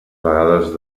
vegades